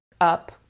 up